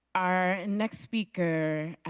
our next speaker,